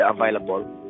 available